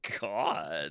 God